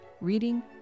reading